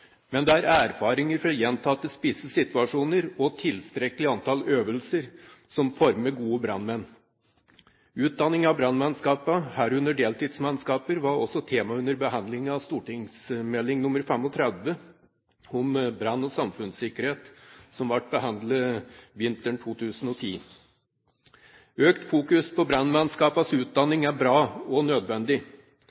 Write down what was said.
Men det er erfaringer fra gjentatte spisse situasjoner og tilstrekkelig antall øvelser som former gode brannmenn. Utdanning av brannmannskaper, herunder deltidsmannskaper, var også tema under behandlingen av St.meld. nr. 35 for 2008–2009, Brannsikkerhet, vinteren 2010. Økt fokus på